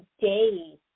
days